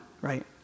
right